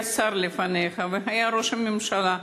היה שר לפניך והיה ראש הממשלה,